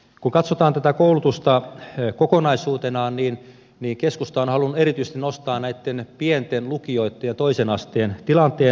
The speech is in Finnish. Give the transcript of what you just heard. kun katsotaan tätä koulutusta kokonaisuutena niin keskusta on halunnut erityisesti nostaa pienten lukioitten ja toisen asteen tilanteen esille